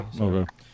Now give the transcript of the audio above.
Okay